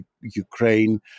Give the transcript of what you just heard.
Ukraine